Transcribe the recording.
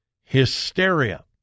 hysteria